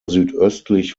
südöstlich